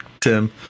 Tim